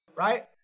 Right